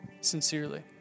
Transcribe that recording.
sincerely